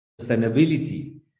sustainability